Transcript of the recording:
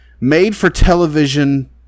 made-for-television